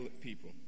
people